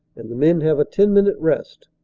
and the men have a ten-minute rest.